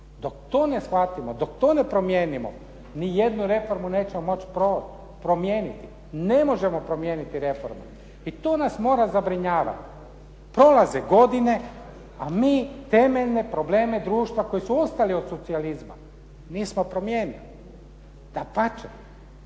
Dok to ne shvatimo dok to ne promijenimo, nijednu reformu nećemo moći promijeniti. Ne možemo promijeniti reformu i to nas mora zabrinjavati. Prolaze godine a mi temeljne probleme društva koji su ostali od socijalizma nismo promijenili, dapače